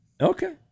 Okay